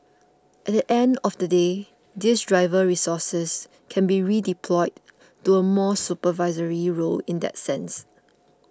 at the end of the day these driver resources can be redeployed to a more supervisory role in that sense